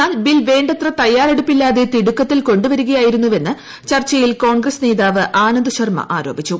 എന്നാൽ ബിൽ വേണ്ടത്ര തയാറെടുപ്പില്ലാതെ തിടുക്കത്തിൽ കൊണ്ടുവരികയായിരുന്നുവെന്ന് ചർച്ചയിൽ കോൺഗ്രസ് നേതാവ് ആനന്ദ് ശർമ ആരോപിച്ചു